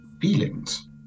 feelings